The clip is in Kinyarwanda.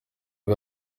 uyu